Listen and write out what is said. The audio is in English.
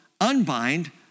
unbind